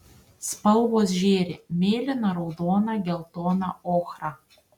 spalvos žėri mėlyna raudona geltona ochra